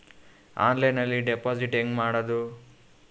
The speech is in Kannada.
ಆನ್ಲೈನ್ನಲ್ಲಿ ಡೆಪಾಜಿಟ್ ಹೆಂಗ್ ಮಾಡುದು?